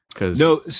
No